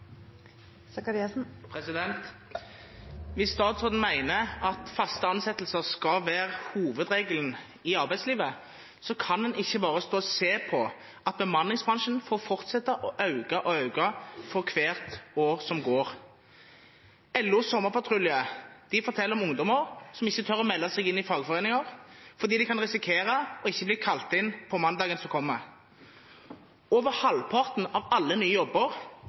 Hvis statsråden mener at faste ansettelser skal være hovedregelen i arbeidslivet, kan en ikke bare stå og se på at bemanningsbransjen får fortsette å øke for hvert år som går. LOs sommerpatrulje forteller om ungdommer som ikke tør å melde seg inn i fagforeninger fordi de kan risikere ikke å bli kalt inn mandagen etter. Over halvparten av alle nye jobber